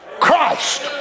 Christ